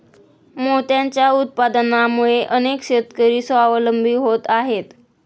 मोत्यांच्या उत्पादनामुळे अनेक शेतकरी स्वावलंबी होत आहेत